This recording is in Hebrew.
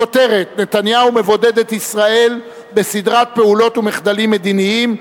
שכותרתה: נתניהו מבודד את ישראל בסדרת פעולות ומחדלים מדיניים,